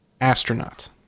Astronaut